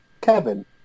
Kevin